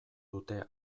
dute